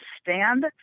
stand